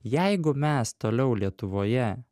jeigu mes toliau lietuvoje